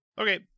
okay